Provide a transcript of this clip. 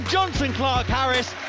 Johnson-Clark-Harris